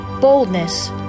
boldness